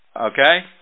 Okay